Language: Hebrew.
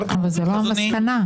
אבל זאת לא המסקנה.